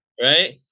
right